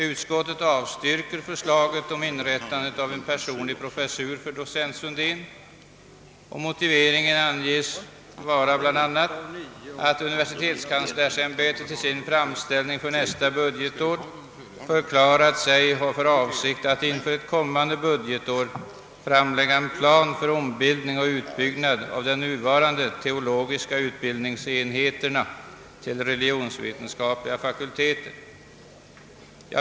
Utskottet har avstyrkt förslaget om inrättande av en personlig professur för docent Sundén och som motivering anges bl.a., att universitetskanslersämbetet i sin framställning för nästa budgetår förklarat sig ha för avsikt att till ett kommande budgetår framlägga en plan för ombildning och utbyggnad av de nuvarande teologiska utbildningsenheterna till religionsvetenskapliga fakulteter.